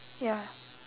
ya